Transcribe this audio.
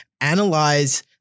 analyze